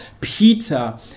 Peter